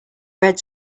red